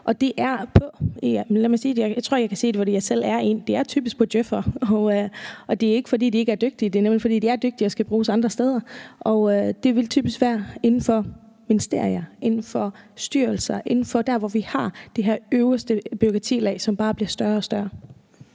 i forhold til djøf'ere, og det er ikke, fordi de ikke er dygtige. Det er nemlig, fordi de er dygtige og skal bruges andre steder. Det vil typisk være inden for ministerier, inden for styrelser og inden for de steder, hvor vi har det her øverste bureaukratilag, som bare bliver større og større.